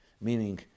Meaning